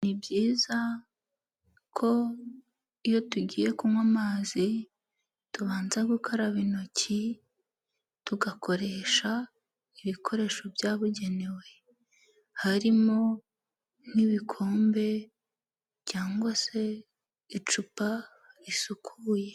Ni byiza ko iyo tugiye kunywa amazi tubanza gukaraba intoki tugakoresha ibikoresho byabugenewe harimo n'ibikombe cyangwag se icupa risukuye.